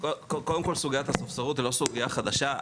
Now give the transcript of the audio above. קודם כל, סוגיית הספסרות זו לא סוגייה חדשה.